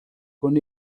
con